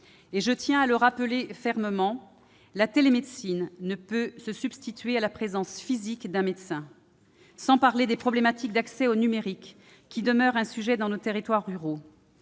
je tiens à le rappeler fermement, la télémédecine ne peut se substituer à la présence physique d'un médecin. Sans parler des problématiques d'accès au numérique, lequel demeure un sujet dans nos territoires ruraux,